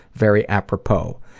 very apropos.